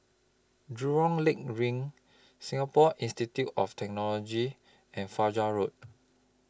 Jurong Lake LINK Singapore Institute of Technology and Fajar Road